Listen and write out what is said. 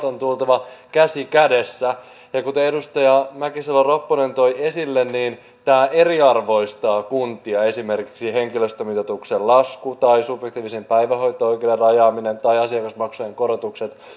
on tultava käsi kädessä ja kuten edustaja mäkisalo ropponen toi esille niin tämä eriarvoistaa kuntia esimerkiksi henkilöstömitoituksen lasku tai subjektiivisen päivähoito oikeuden rajaaminen tai asiakasmaksujen korotukset